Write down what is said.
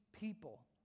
people